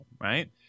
right